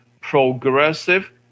progressive